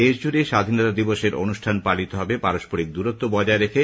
দেশজুড়ে স্বাধীনতা দিবসের অনুষ্ঠান পালিত হবে পারস্পরিক দূরত্ব বজায় রেখে